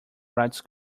rights